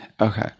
Okay